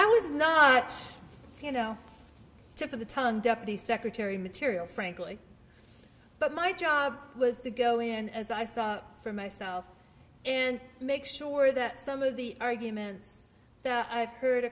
was not you know tip of the tongue deputy secretary material frankly but my job was to go in as i saw for myself and make sure that some of the arguments that i've heard